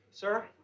Sir